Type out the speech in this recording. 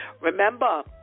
Remember